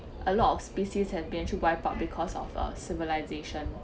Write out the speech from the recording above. a lot of species have been actually wiped out because of uh civilisation